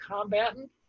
combatant